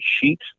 sheet